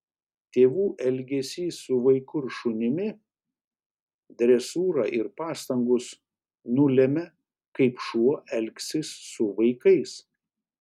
tėvų elgesys su vaiku ir šunimi dresūra ir pastangos nulemia kaip šuo elgsis su vaikais